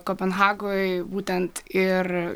kopenhagoj būtent ir